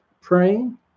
praying